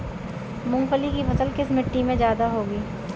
मूंगफली की फसल किस मिट्टी में ज्यादा होगी?